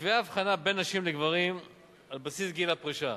נקבעה הבחנה בין נשים לגברים על בסיס גיל הפרישה.